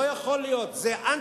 לא יכול להיות שאתה תתקין תקנה,